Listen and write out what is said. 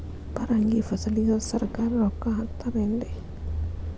ಪರಂಗಿ ಫಸಲಿಗೆ ಸರಕಾರ ರೊಕ್ಕ ಹಾಕತಾರ ಏನ್ರಿ?